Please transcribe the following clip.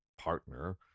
partner